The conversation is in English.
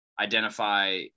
identify